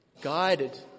guided